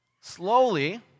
Slowly